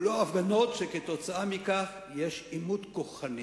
הוא לא הפגנות שכתוצאה מכך יש עימות כוחני.